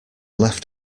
left